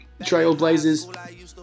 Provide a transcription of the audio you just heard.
Trailblazers